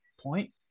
Point